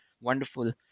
wonderful